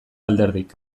alderdik